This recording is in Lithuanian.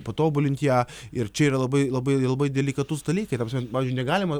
patobulint ją ir čia yra labai labai labai delikatus dalykai ta prasme pavyzdžiui negalima